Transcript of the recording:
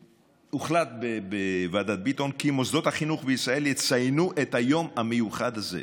הוחלט בוועדת ביטון כי מוסדות החינוך בישראל יציינו את היום המיוחד הזה.